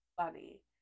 funny